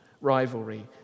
rivalry